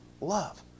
love